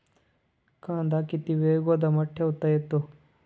कांदा किती वेळ गोदामात ठेवता येतो?